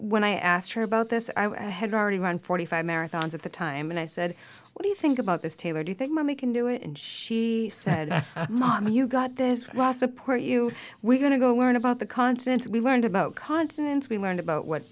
when i asked her about this i had already run forty five marathons at the time and i said what do you think about this taylor do you think mommy can do it and she said mom you got this was support you we're going to go learn about the constants we learned about consonants we learned about what